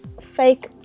fake